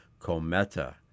Cometa